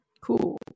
Cool